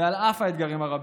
ועל אף האתגרים הרבים,